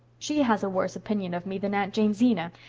she has a worse opinion of me than aunt jamesina,